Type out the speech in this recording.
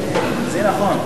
שנכון,